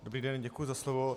Dobrý den, děkuji za slovo.